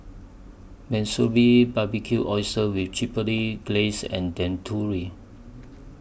Monsunabe Barbecued Oysters with Chipotle Glaze and Dangojiru